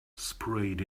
sprayed